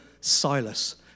Silas